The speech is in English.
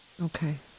Okay